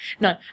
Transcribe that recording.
No